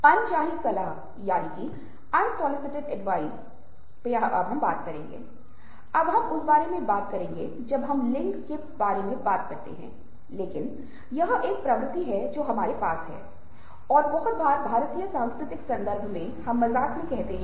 अब मिररिंग एक ऐसी चीज है जो न केवल मिरर न्यूरॉन्स के संदर्भ में प्रासंगिक है हम विभिन्न प्रकार की चीजों को दर्पण करते हैं जब हम किसी के साथ सहानुभूति रखते हैं जब हम किसी के साथ सहमत होते हैं तो हम अनुकरण करते हैं वह व्यवहार अगर कोई दुखी है और जैसा कि एक उदास चेहरा बना है हम एक उदास चेहरा बनाते हैं